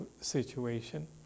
situation